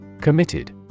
Committed